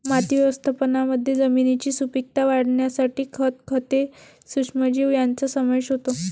माती व्यवस्थापनामध्ये जमिनीची सुपीकता वाढवण्यासाठी खत, खते, सूक्ष्मजीव यांचा समावेश होतो